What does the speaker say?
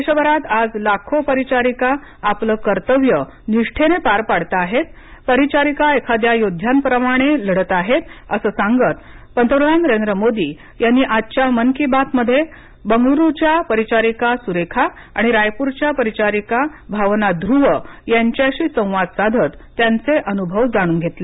देशभरात आज लाखो परिचारिका आपलं कर्तव्य निष्ठेनं पार पाडताहेत परिचारिका एखाद्या योद्ध्याप्रमाणे लढताहेत असं सांगत पंतप्रधान नरेंद्र मोदी यांनी आजच्या मन की बात मध्ये बंगळुरूच्या परिचारिका सुरेखा आणि रायपूरच्या परिचारिका भावना ध्रुव यांच्याशी संवाद साधत त्यांचे अनुभव जाणून घेतले